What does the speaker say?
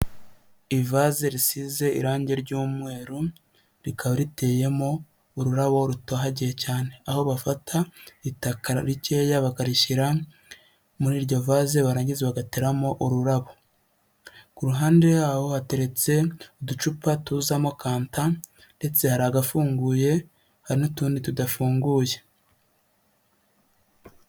Ivaze risize irange ry'umweru rikaba riteyemo ururabo rutohagiye cyane, aho bafata itaka rikeya bakarishyira muri iryo vaze barangiza bagateramo ururabo, ku ruhande y'aho hateretse uducupa tuzamo kanta ndetse hari agafunguye, hari n'utundi tudafunguye.